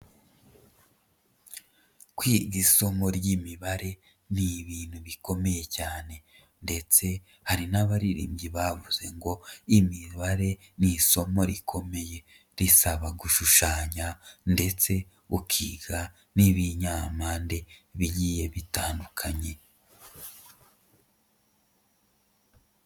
Kwiga isomo ry'Imibare ni ibintu bikomeye cyane ndetse hari n'abaririmbyi bavuze ngo imibare ni isomo rikomeye, risaba gushushanya ndetse ukiga n'ibinyampande bigiye bitandukanye.